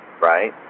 right